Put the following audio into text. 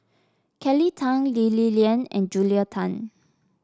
Kelly Tang Lee Li Lian and Julia Tan